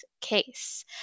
case